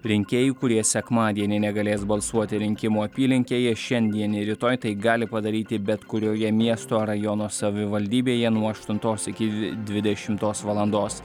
rinkėjų kurie sekmadienį negalės balsuoti rinkimų apylinkėje šiandien ir rytoj tai gali padaryti bet kurioje miesto rajono savivaldybėje nuo aštuntos iki dvi dvidešimtos valandos